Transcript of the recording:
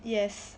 yes